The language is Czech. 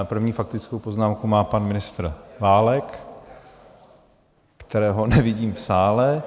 První faktickou poznámku má pan ministr Válek, kterého nevidím v sále.